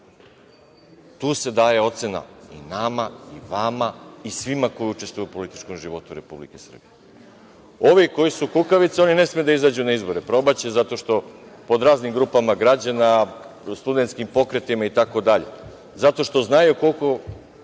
Tu se daje ocena i nama i vama i svima koji učestvuju u političkom životu Republike Srbije. Ovi koji su kukavice, oni ne smeju da izađu na izbore. Probaće pod raznim grupama građana, studentskim pokretima, itd. Zato što znaju koliko